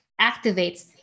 activates